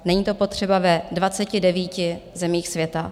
Není to potřeba ve 29 zemích světa.